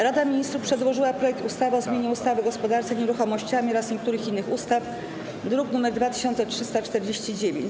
Rada Ministrów przedłożyła projekt ustawy o zmianie ustawy o gospodarce nieruchomościami oraz niektórych innych ustaw, druk nr 2349.